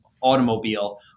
automobile